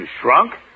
shrunk